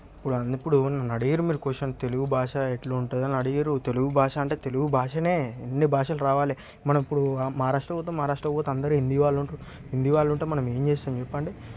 ఇప్పుడు ఇప్పుడు నన్ను అడిగిండ్రు మీరు క్వాషన్ తెలుగు భాష ఎట్లుంటది అని అడిగిండ్రు తెలుగు భాష అంటే తెలుగు భాషనే అన్ని భాషలు రావాలి మనం ఇప్పుడు మహారాష్ట్ర పోతాం మహారాష్ట్ర పోతే అందరు హిందీ వాళ్ళుంటారు హిందీ వాళ్ళుంటే మనం ఏం చేస్తాం చెప్పండి